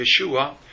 Yeshua